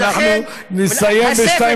הוא לא יודע שהחוק עבר.